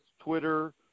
Twitter